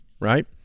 right